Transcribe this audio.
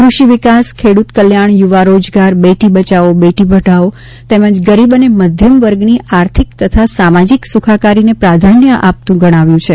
કૃષિ વિકાસ ખેડૂત કલ્યાણ યુવા રોજગાર બેટી બચાવો બેટી પઢાવો તેમજ ગરીબ અને મધ્યમ વર્ગની આર્થિક તથા સામાજિક સુખાકારીને પ્રાધાન્ય આપતું ગણાવ્યું છે